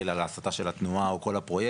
על הסטה של התנועה או על כל הפרויקט.